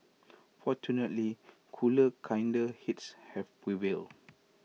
fortunately cooler kinder heads have prevailed